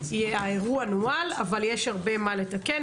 האירוע נוהל אבל יש הרבה מה לתקן.